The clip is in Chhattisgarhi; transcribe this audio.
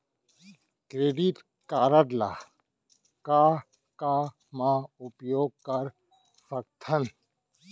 क्रेडिट कारड ला का का मा उपयोग कर सकथन?